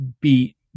beat